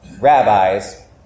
rabbis